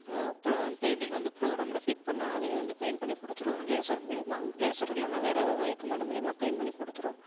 painting வந்து ப்ரோக்ராம்ல fit பண்ணால் அதுவே வந்து பெயிண்ட் பண்ணி கொடுத்துரும் லேசர் மூலயமா லேசர் இல்லைனா வேற எதாவது எக்யூமென்ட்டு மூலயமா பெயிண்ட் பண்ணி கொடுத்துரும்